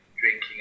drinking